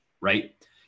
right